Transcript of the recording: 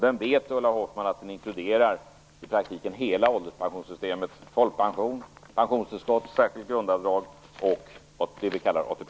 Den vet Ulla Hoffmann inkluderar i praktiken hela ålderspensionssystemet - folkpension, pensionstillskott, särskilt grundavdrag och det vi kallar ATP.